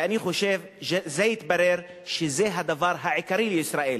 ואני חושב שיתברר שזה הדבר העיקרי לישראל,